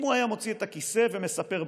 אם הוא היה מוציא את הכיסא ומספר בחוץ,